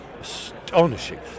astonishing